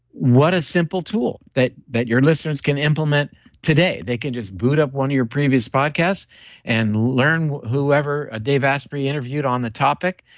what a simple tool that that your listeners can implement today. they can just boot up one of your previous podcasts and learn whoever ah dave asprey interviewed on the topic.